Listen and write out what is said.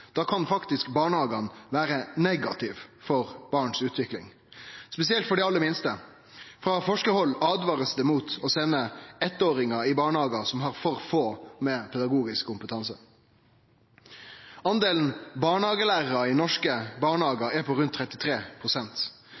kan faktisk barnehagane vere negativt for barn si utvikling, spesielt for dei aller minste. Frå forskarhald blir det åtvara mot å sende eittåringar i barnehagar som har for få med pedagogisk kompetanse. Delen barnehagelærarar i norske barnehagar er på rundt